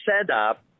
setup